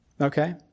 Okay